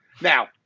Now